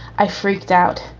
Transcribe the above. i freaked out.